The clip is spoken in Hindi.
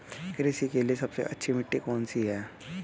कृषि के लिए सबसे अच्छी मिट्टी कौन सी है?